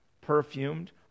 perfumed